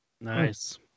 Nice